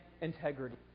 integrity